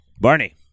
Barney